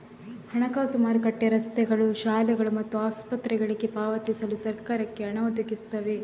ಹಣಕಾಸು ಮಾರುಕಟ್ಟೆಯು ರಸ್ತೆಗಳು, ಶಾಲೆಗಳು ಮತ್ತು ಆಸ್ಪತ್ರೆಗಳಿಗೆ ಪಾವತಿಸಲು ಸರಕಾರಕ್ಕೆ ಹಣ ಒದಗಿಸ್ತವೆ